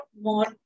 more